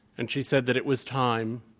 and she said that it was time.